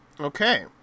Okay